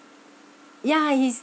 ya he's